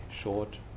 short